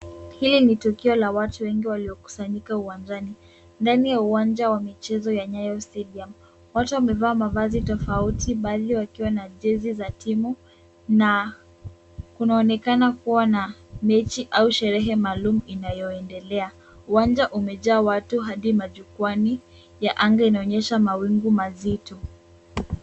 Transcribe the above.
Hili ni tukio la watu wengi waliokusanyika uwanjani. Ndani ya uwanja wa michezo ya Nyayo Stadium, watu wamevaa mavazi tofauti, baadhi wakiwa na jezi za timu na kunaonekana kuwa na mechi au sherehe maalum inayoendelea. Uwanja umejaa watu hadi majukwaani ya anga inaonyesha mawingu mazito.